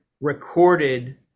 recorded